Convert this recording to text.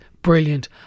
brilliant